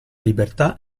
libertà